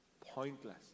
pointless